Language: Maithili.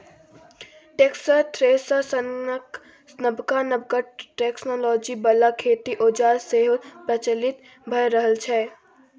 टेक्टर, थ्रेसर सनक नबका नबका टेक्नोलॉजी बला खेतीक औजार सेहो प्रचलित भए रहल छै